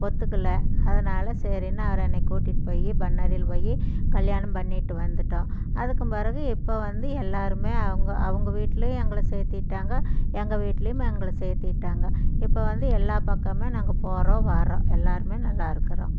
ஒத்துக்கலை அதனால சரின்னு அவர் என்னை கூட்டிகிட்டு போய் பண்ணரியில் போய் கல்யாணம் பண்ணிகிட்டு வந்துவிட்டோம் அதுக்கும் பிறகு இப்போ வந்து எல்லாேருமே அவங்க அவங்க வீட்டுலேயும் எங்களை சேர்த்துக்கிட்டாங்க எங்கள் வீட்டுலேயும் எங்களை சேர்த்துக்கிட்டாங்க இப்போ வந்து எல்லா பக்கமுமே நாங்கள் போகிறோம் வரோம் எல்லாேருமே நல்லாயிருக்குறோம்